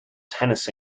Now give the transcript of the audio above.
tennis